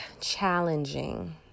challenging